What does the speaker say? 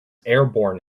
airborne